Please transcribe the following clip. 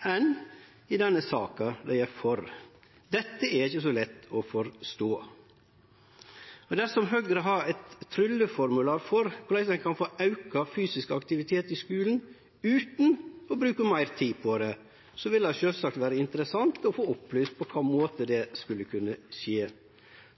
enn i denne saka dei er for. Dette er ikkje så lett å forstå. Men dersom Høgre har eit trylleformular for korleis ein kan få auka fysisk aktivitet i skulen utan å bruke meir tid på det, vil det sjølvsagt vere interessant å få opplyst på kva måte det skulle kunne skje.